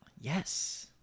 yes